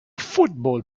football